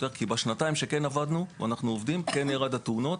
כי בשנתיים שאנחנו עובדים ירד מספר התאונות.